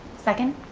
second.